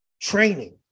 training